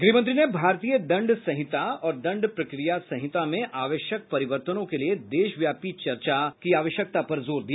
गृह मंत्री ने भारतीय दंड संहिता और दंड प्रक्रिया संहिता में आवश्यक परिवर्तनों के लिए देशव्यापी चर्चा और की आवश्यकता पर भी जोर दिया